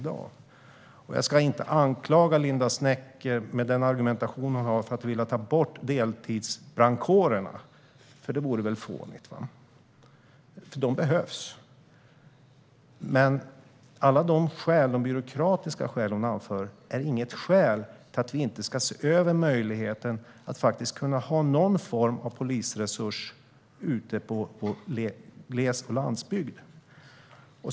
Jag ska inte anklaga Linda Snecker för att med sin argumentation vilja ta bort deltidsbrandkårerna, för det vore väl fånigt. De behövs. Men alla de byråkratiska skäl hon anför talar inte emot att se över möjligheten att faktiskt kunna ha någon form av polisresurs ute i glesbygd och på landsbygd.